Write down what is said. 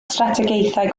strategaethau